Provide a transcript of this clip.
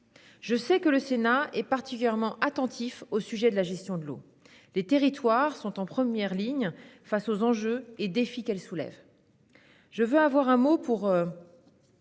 Je sais que le Sénat est particulièrement attentif au sujet de la gestion de l'eau. Les territoires sont en première ligne face aux enjeux et défis afférents. Je veux avoir un mot pour